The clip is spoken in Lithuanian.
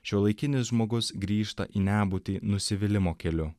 šiuolaikinis žmogus grįžta į nebūtį nusivylimo keliu